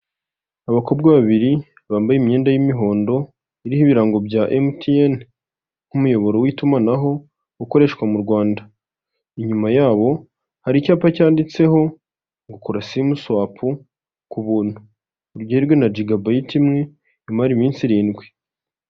Iyo abayobozi basoje inama bari barimo hari ahantu habugenewe bahurira bakiga ku myanzuro yafashwe ndetse bakanatanga n'umucyo ku bibazo byagiye bigaragazwa ,aho hantu iyo bahageze baraniyakira.